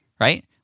right